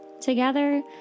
Together